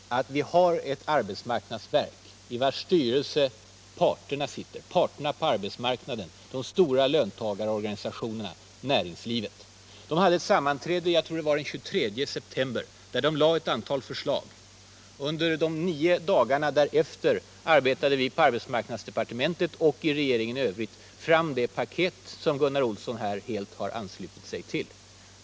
Herr talman! Det viktiga är att vi har ett arbetsmarknadsverk i vars styrelse sitter representanter för parterna på arbetsmarknaden — de stora löntagarorganisationerna och näringslivet. De hade ett sammanträde den 23 september, där de lade fram ett antal förslag. Under nio dagar därefter arbetade vi på arbetsmarknadsdepartementet och i regeringen i övrigt fram det paket som Gunnar Olsson helt har anslutit sig till.